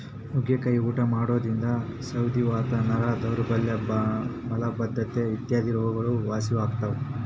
ನುಗ್ಗಿಕಾಯಿ ಊಟ ಮಾಡೋದ್ರಿಂದ ಸಂಧಿವಾತ, ನರ ದೌರ್ಬಲ್ಯ ಮಲಬದ್ದತೆ ಇತ್ಯಾದಿ ರೋಗಗಳು ವಾಸಿಯಾಗ್ತಾವ